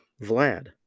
Vlad